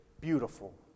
beautiful